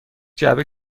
جعبه